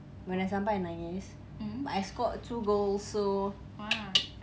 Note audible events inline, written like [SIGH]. when I sampai I nangis but I scored two goals so [NOISE]